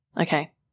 Okay